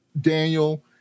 Daniel